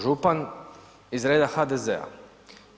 Župan iz reda HDZ-a.